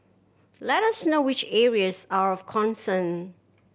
let us know which areas are of concern